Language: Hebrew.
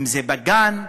אם בגן,